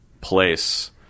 place